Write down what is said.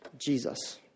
Jesus